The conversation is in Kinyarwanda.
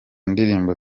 ndirimbo